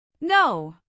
No